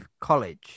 college